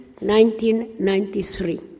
1993